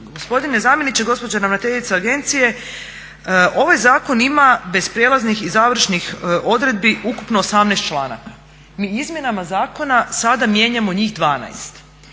Gospodine zamjeniče gospođa ravnateljica agencije ovaj zakon ima bez prijelaznih i završnih odredbi ukupno 18. članaka, mi izmjenama zakona sada mijenjamo njih 12.